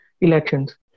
elections